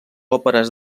òperes